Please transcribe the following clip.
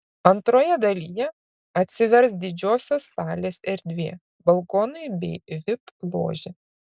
antroje dalyje atsivers didžiosios salės erdvė balkonai bei vip ložė